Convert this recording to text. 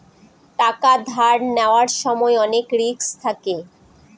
টাকা ধার নেওয়ার সময় অনেক রিস্ক থাকে